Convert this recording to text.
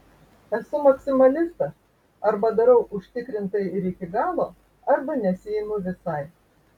esu maksimalistas arba darau užtikrintai ir iki galo arba nesiimu visai